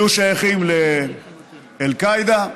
היה שייך לאל קאעידה,